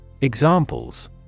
Examples